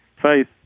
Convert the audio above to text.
faith